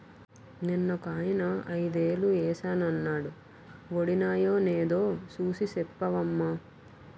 నిన్నొకాయన ఐదేలు ఏశానన్నాడు వొడినాయో నేదో సూసి సెప్పవమ్మా